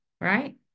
right